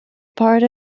part